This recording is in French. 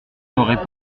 n’aurez